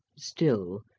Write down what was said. still,